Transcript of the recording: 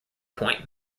point